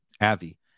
avi